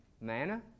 manna